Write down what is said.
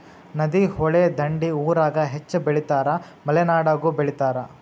ನದಿ, ಹೊಳಿ ದಂಡಿ ಊರಾಗ ಹೆಚ್ಚ ಬೆಳಿತಾರ ಮಲೆನಾಡಾಗು ಬೆಳಿತಾರ